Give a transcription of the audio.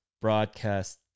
broadcast